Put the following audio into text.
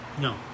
No